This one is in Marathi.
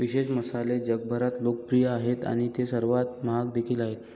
विशेष मसाले जगभरात लोकप्रिय आहेत आणि ते सर्वात महाग देखील आहेत